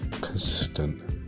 consistent